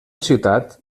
ciutat